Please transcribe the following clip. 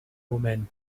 woman